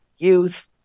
youth